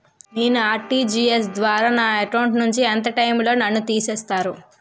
నేను ఆ.ర్టి.జి.ఎస్ ద్వారా నా అకౌంట్ నుంచి ఎంత టైం లో నన్ను తిసేస్తారు?